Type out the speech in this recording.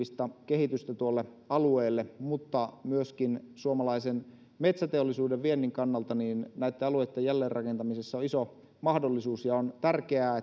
kehitystä tuolle alueelle mutta myöskin suomalaisen metsäteollisuuden viennin kannalta näitten alueitten jälleenrakentamisessa on iso mahdollisuus ja on tärkeää